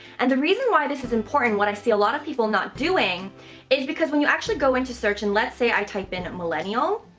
and the reason why this is important, what i see a lot of people not doing is because when you actually go into search and let's say i type in a millennial,